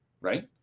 right